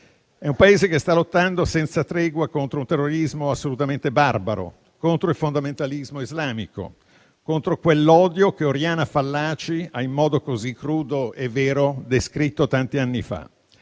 È un Paese che sta lottando senza tregua contro un terrorismo assolutamente barbaro, contro il fondamentalismo islamico, contro quell'odio che Oriana Fallaci ha, in modo così crudo e vero, descritto tanti anni fa.